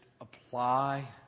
apply